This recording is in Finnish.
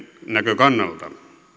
näkökannalta